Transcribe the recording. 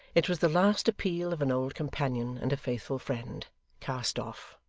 it was the last appeal of an old companion and a faithful friend cast off.